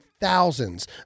thousands